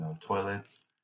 toilets